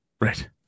Right